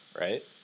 right